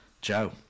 Joe